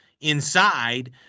inside